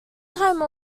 time